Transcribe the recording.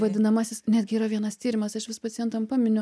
vadinamasis netgi yra vienas tyrimas aš vis pacientam paminiu